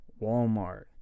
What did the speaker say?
Walmart